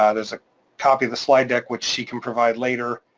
um there's a copy of the slide deck which she can provide later,